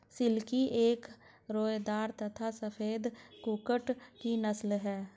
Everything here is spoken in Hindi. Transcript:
सिल्की एक रोएदार तथा सफेद कुक्कुट की नस्ल है